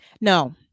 No